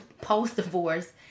post-divorce